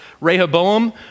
Rehoboam